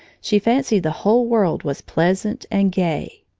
she fancied the whole world was pleasant and gay.